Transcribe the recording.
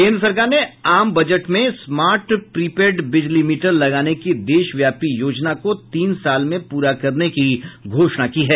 केंद्र सरकार ने आम बजट में स्मार्ट प्री पेड बिजली मीटर लगाने की देशव्यापी योजना को तीन साल में पूरा करने की घोषणा की है